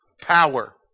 Power